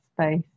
space